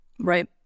Right